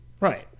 right